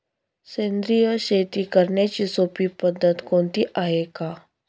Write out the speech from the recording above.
सेंद्रिय शेती करण्याची सोपी पद्धत कोणती आहे का?